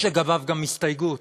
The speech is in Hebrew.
יש לגביו גם הסתייגות,